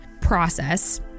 process